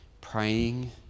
praying